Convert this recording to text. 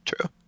True